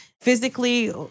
physically